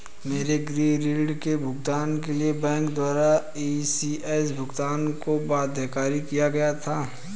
मेरे गृह ऋण के भुगतान के लिए बैंक द्वारा इ.सी.एस भुगतान को बाध्यकारी किया गया था